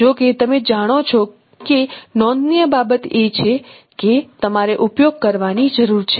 જો કે તમે જાણો છો કે નોંધનીય બાબત એ છે કે તમારે ઉપયોગ કરવાની જરૂર છે